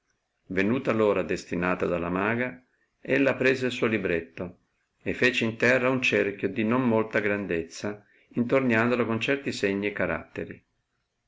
enuta lora destinata dalla maga ella prese il suo libretto e fece in terra un cerchio di non molta grandezza intorniandolo con certi segni e caratieri